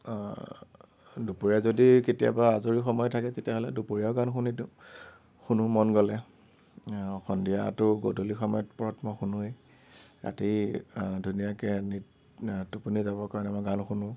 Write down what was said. দুপৰীয়া যদি কেতিয়াবা আজৰি সময় থাকে তেতিয়া হ'লে দুপৰীয়াও গান শুনি দিওঁ শুনোঁ মন গ'লে সন্ধিয়াটো গধূলি সময়ত পৰত মই শুনোৱেই ৰাতি ধুনীয়াকে টোপনি যাবৰ কাৰণে মই গান শুনোঁ